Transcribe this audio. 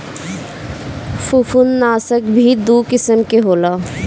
फंफूदनाशक भी दू किसिम के होला